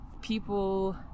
people